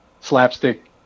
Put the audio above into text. slapstick